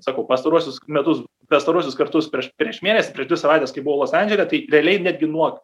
sakau pastaruosius metus pastaruosius kartus prieš prieš mėnesį prieš dvi savaites kai buvau los andžele tai realiai netgi nuo